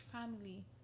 family